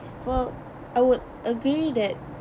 for I would agree that